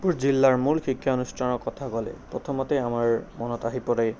শোণিতপুৰ জিলাৰ মূল শিক্ষানুষ্ঠানৰ কথা ক'লে প্ৰথমতে আমাৰ মনত আহি পৰে